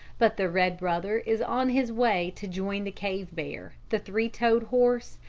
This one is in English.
but the red brother is on his way to join the cave-bear, the three-toed horse,